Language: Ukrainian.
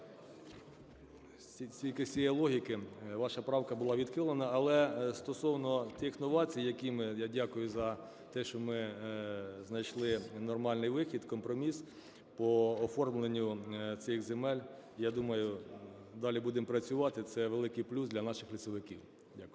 тільки з цієї логіки ваша правка була відхилена. Але стосовно тих новацій, які ми, я дякую за те, що ми знайшли нормальний вихід, компроміс по оформленню цих земель, я думаю, далі будемо працювати. Це великий плюс для наших лісовиків.